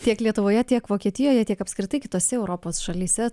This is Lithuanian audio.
tiek lietuvoje tiek vokietijoje tiek apskritai kitose europos šalyse